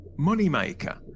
moneymaker